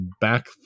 back